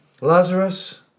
lazarus